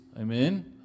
Amen